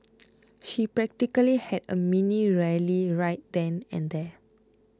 she practically had a mini rally right then and there